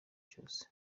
cyose